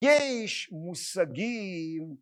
יש! מושגים.